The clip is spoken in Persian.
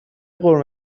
قرمه